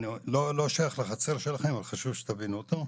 זה לא שייך לחצר שלכם אבל חשוב לי שתבינו אותו.